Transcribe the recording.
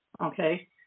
okay